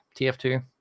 tf2